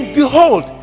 behold